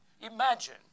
Imagine